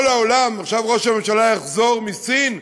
עכשיו ראש הממשלה יחזור מסין,